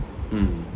mm